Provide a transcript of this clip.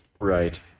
Right